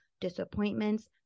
disappointments